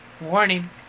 Warning